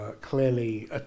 clearly